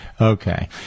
Okay